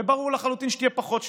וברור לחלוטין שתהיה פחות שליטה.